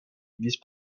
église